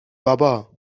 بابا